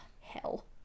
hell